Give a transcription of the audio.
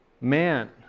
man